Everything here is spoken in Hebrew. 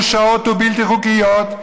מרושעות ובלתי חוקיות,